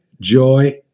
joy